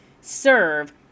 serve